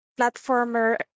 platformer